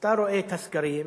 שאתה רואה את הסקרים,